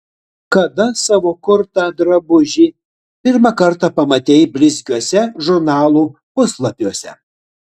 kada savo kurtą drabužį pirmą kartą pamatei blizgiuose žurnalų puslapiuose